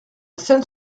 scène